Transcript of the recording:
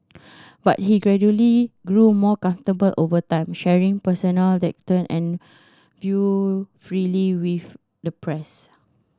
but he gradually grew more comfortable over time sharing personal anecdote and view freely with the press